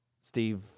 steve